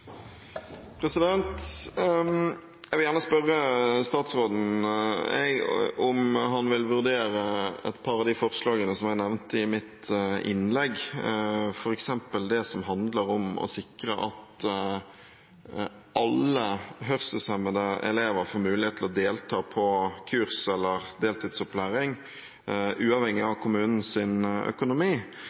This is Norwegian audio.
Jeg vil gjerne spørre statsråden om han vil vurdere et par av de forslagene som jeg nevnte i mitt innlegg, f.eks. det som handler om å sikre at alle hørselshemmede elever får mulighet til å delta på kurs eller deltidsopplæring uavhengig av kommunens økonomi.